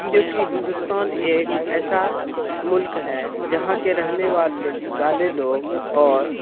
کیوںکہ ہندوستان ایک ایسا ملک ہے جہاں کے رہنے والے لوگ اور